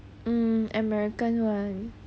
um american [one]